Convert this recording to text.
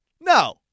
No